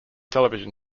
television